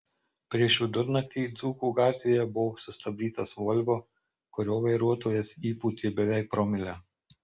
prieš vidurnaktį dzūkų gatvėje buvo sustabdytas volvo kurio vairuotojas įpūtė beveik promilę